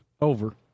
Over